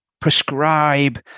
prescribe